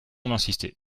d’insister